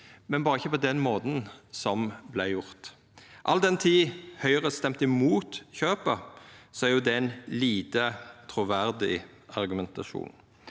men berre ikkje på den måten som vart gjort. All den tid Høgre stemte imot kjøpet, er det ein lite truverdig argumentasjon.